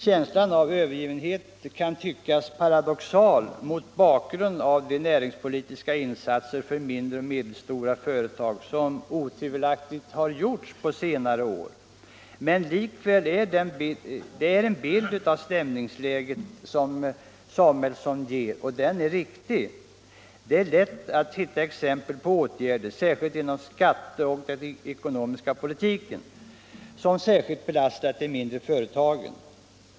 Känslan av övergivenhet kan tyckas paradoxal mot bakgrund av de näringspolitiska insatser för mindre och medelstora företag som otvivelaktigt har gjorts på senare år, men likväl är den bild av stämningsläget som Samuelsson ger riktig. Det är lätt att hitta exempel på åtgärder, särskilt inom skattepolitiken och den ekonomiska politiken, som särskilt belastat de mindre företagen.